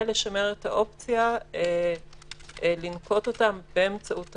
לשמר את האופציה לנקוט אותם באמצעות תקנון,